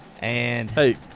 Hey